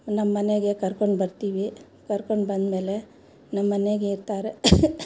ನಮ್ಮನೆಗೆ ಕರ್ಕೊಂಡು ಬರ್ತೀವಿ ಕರ್ಕೊಂಡು ಬಂದಮೇಲೆ ನಮ್ಮನೆಗೆ ಇರ್ತಾರೆ